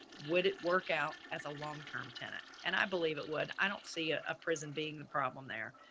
would it work out as a longterm tenant and i believe it would. i don't see ah a prison being the problem there.